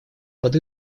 под